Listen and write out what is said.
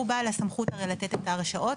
הוא בעל הסמכות הרי לתת את ההרשאות.